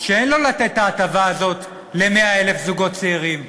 שאין לו לתת את ההטבה הזאת ל-100,000 זוגות צעירים.